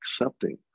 accepting